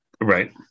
Right